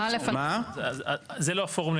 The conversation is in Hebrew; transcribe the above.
אופיר,